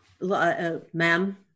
ma'am